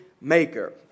maker